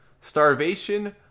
starvation